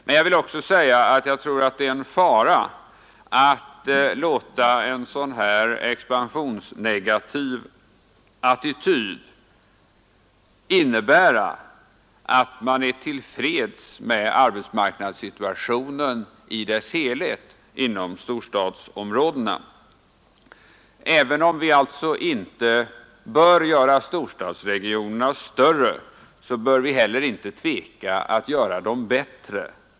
Men jag tror också att det är en fara att låta en expansionsnegativ attityd innebära att man är till freds med arbetsmarknadssituationen i dess helhet inom storstadsområdena. Även om vi inte bör göra storstads regionerna större, bör vi heller inte tveka att göra dem bättre.